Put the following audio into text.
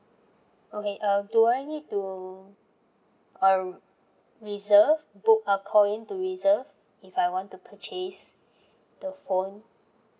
okay um do I need to uh reserve book or call in to reserve if I want to purchase the phone